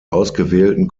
ausgewählten